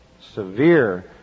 severe